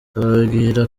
ababwira